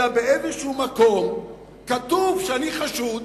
אלא מספיק שבאיזה מקום כתוב שאני חשוד,